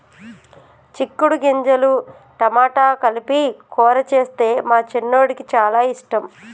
చిక్కుడు గింజలు టమాటా కలిపి కూర చేస్తే మా చిన్నోడికి చాల ఇష్టం